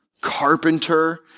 carpenter